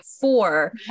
four